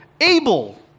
Abel